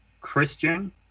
Christian